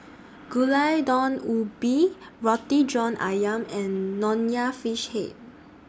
Gulai Daun Ubi Roti John Ayam and Nonya Fish Head